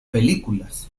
películas